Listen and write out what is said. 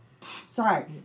sorry